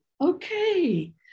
okay